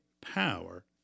power